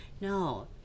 no